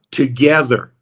together